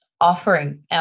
offering